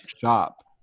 shop